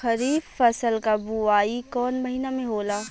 खरीफ फसल क बुवाई कौन महीना में होला?